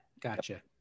Gotcha